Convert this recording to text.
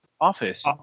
Office